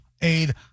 Aid